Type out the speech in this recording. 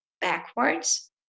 backwards